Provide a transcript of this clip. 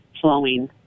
flowing